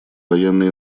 военные